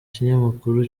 kinyamakuru